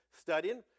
studying